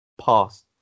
past